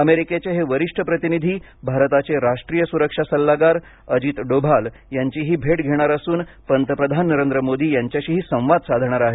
अमेरिकेचे हे वरिष्ठ प्रतिनिधी भारताचे राष्ट्रीय सुरक्षा सल्लागार अजित डोभाल यांचीही भेट घेणार असून पंतप्रधान नरेंद्र मोदी यांच्याशीही संवाद साधणार आहेत